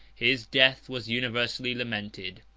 his death was universally lamented.